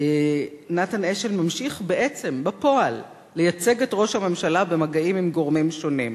נתן אשל ממשיך בעצם בפועל לייצג את ראש הממשלה במגעים עם גורמים שונים?